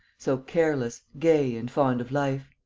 so careless, gay and fond of life.